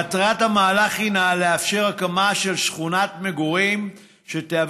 מטרת המהלך הינה לאפשר הקמה של שכונת מגורים שתהיה